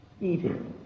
eating